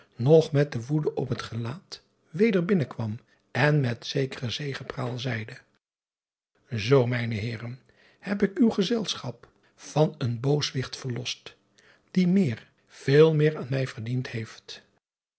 nog met de woede op het gelaat weder binnenkwam en met zekere zegepraal zeide oo mijne eeren heb ik uw gezelschap van een booswicht verlost die meer veel meer aan mij verdiend heeft